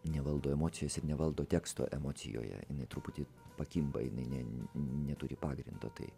nevaldo emocijos ir nevaldo teksto emocijoje jinai truputį pakimba jinai ne ne neturi pagrindo tai